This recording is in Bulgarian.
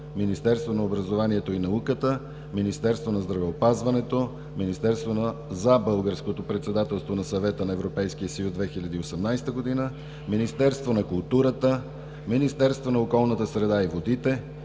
Министерство на образованието и науката, Министерство на здравеопазването, Министерство за българското председателство на Съвета на Европейския съюз 2018 г., Министерство на културата, Министерство на околната среда и водите,